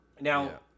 Now